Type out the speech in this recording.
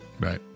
Right